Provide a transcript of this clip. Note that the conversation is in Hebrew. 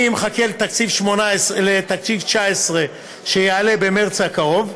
אני מחכה לתקציב 2019, שיעלה במרס הקרוב,